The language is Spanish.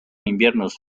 inviernos